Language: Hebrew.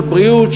של בריאות,